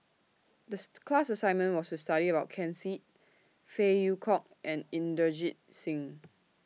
This class assignment was to study about Ken Seet Phey Yew Kok and Inderjit Singh